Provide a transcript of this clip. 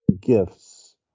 gifts